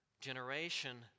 generation